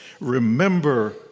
remember